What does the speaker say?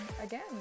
again